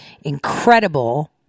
incredible